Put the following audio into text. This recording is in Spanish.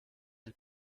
del